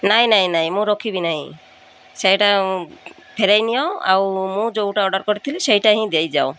ନାଇଁ ନାଇଁ ନାଇଁ ମୁଁ ରଖିବି ନାହିଁ ସେଇଟା ଫେରେଇ ନିଅ ଆଉ ମୁଁ ଯେଉଁଟା ଅର୍ଡ଼ର କରିଥିଲି ସେଇଟା ହିଁ ଦେଇଯାଅ